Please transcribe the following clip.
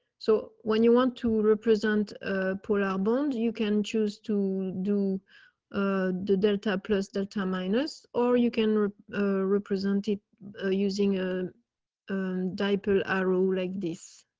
so when you want to represent polar bond, you can choose to do the delta plus the terminus, or you can represent it using a diaper arrow like this.